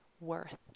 worth